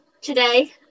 today